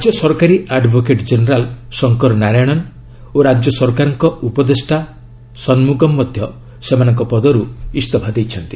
ରାଜ୍ୟ ସରକାର advocate general Shankar Narayanan ଓ ରାଜ୍ୟ ସରକାରଙ୍କ ଉପଦେଷ୍ଟା ଶନ୍ମୁଗମ୍ ମଧ୍ୟ ସେମାନଙ୍କର ପଦର୍ ଇସ୍ତଫା ଦେଇଛନ୍ତି